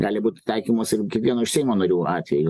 gali būti taikymas ir kiekvieno iš seimo narių atveju